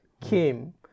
Kim